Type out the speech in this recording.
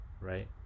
right